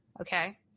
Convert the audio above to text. Okay